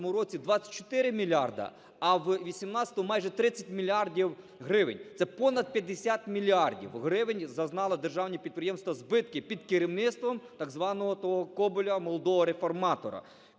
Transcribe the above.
році 24 мільярда, а в 18-му - майже 30 мільярдів гривень. Це понад 50 мільярдів гривень зазнали державні підприємства збитки під керівництвом так званого того Коболєва – молодого реформатора.